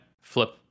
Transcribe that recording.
flip